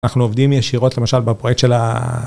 אנחנו עובדים ישירות, למשל, בפרויקט של ה...